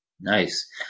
Nice